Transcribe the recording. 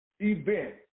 event